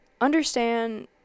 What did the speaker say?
understand